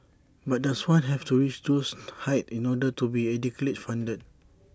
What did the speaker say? but does one have to reach those heights in order to be adequately funded